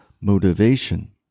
motivation